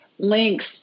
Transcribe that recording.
Links